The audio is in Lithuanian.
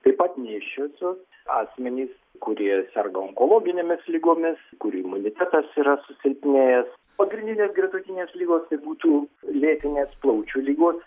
taip pat nėščiosios asmenys kurie serga onkologinėmis ligomis kurių imunitetas yra susilpnėjęs pagrindinės gretutinės ligos tai būtų lėtinės plaučių ligos